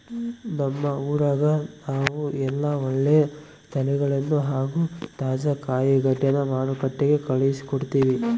ನಮ್ಮ ಊರಗ ನಾವು ಎಲ್ಲ ಒಳ್ಳೆ ತಳಿಗಳನ್ನ ಹಾಗೂ ತಾಜಾ ಕಾಯಿಗಡ್ಡೆನ ಮಾರುಕಟ್ಟಿಗೆ ಕಳುಹಿಸಿಕೊಡ್ತಿವಿ